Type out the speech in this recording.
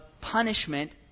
punishment